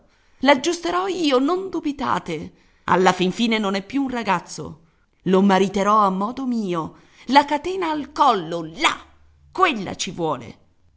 baronello l'aggiusterò io non dubitate alla fin fine non è più un ragazzo lo mariterò a modo mio la catena al collo là quella ci vuole